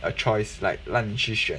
a choice like 让你去选